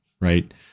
right